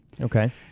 Okay